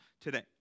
today